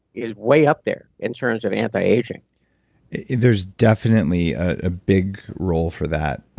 is way up there in terms of anti-aging there's definitely a big role for that,